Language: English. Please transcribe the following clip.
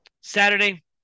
Saturday